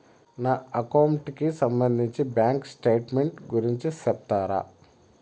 నా అకౌంట్ కి సంబంధించి బ్యాంకు స్టేట్మెంట్ గురించి సెప్తారా